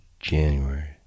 January